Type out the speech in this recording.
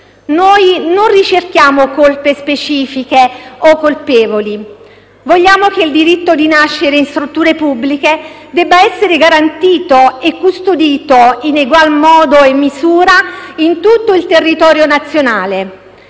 Noi non ricerchiamo colpe specifiche o colpevoli. Vogliamo che il diritto di nascere in strutture pubbliche debba essere garantito e custodito in egual modo e misura in tutto il territorio nazionale.